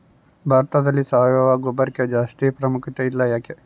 ಭಾರತದಲ್ಲಿ ಸಾವಯವ ಗೊಬ್ಬರಕ್ಕೆ ಜಾಸ್ತಿ ಪ್ರಾಮುಖ್ಯತೆ ಇಲ್ಲ ಯಾಕೆ?